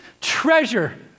treasure